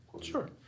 Sure